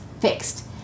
fixed